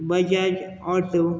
Bajaj auto